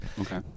Okay